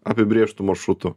apibrėžtu maršrutu